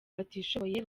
batishoboye